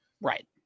Right